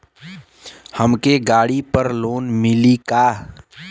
हमके गाड़ी पर लोन मिली का?